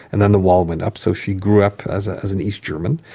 and then the wall went up, so she grew up as ah as an east german.